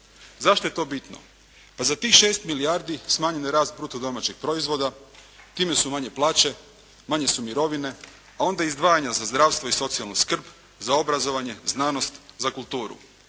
Zašto je to bitno? Za tih 6 milijardi smanjen je rast bruto domaćeg proizvoda, time su manje plaće, manje su mirovine, a onda izdvajanja za zdravstvo i socijalnu skrb, za obrazovanje, znanost, za kulturu